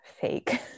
fake